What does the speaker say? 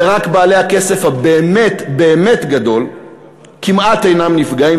ורק בעלי הכסף הבאמת-באמת גדול כמעט אינם נפגעים,